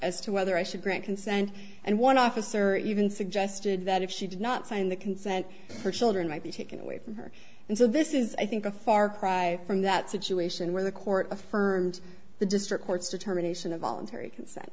as to whether i should grant consent and one officer even suggested that if she did not sign the consent her children might be taken away from her and so this is i think a far cry from that situation where the court affirmed the district court's determination of voluntary consent